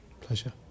Pleasure